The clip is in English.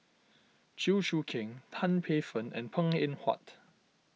Chew Choo Keng Tan Paey Fern and Png Eng Huat